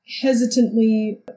Hesitantly